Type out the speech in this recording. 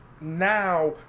now